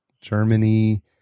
Germany